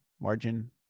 margin